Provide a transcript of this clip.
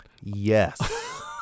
Yes